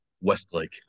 Westlake